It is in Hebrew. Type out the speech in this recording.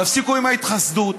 תפסיקו עם ההתחסדות.